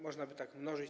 Można by to tak mnożyć.